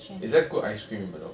is there good ice cream in bedok